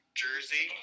jersey